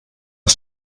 das